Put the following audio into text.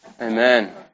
Amen